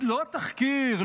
לא התחקיר,